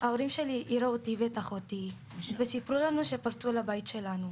ההורים שלי העירו אותי ואת אחותי וסיפרו לנו שפרצו לבית שלנו,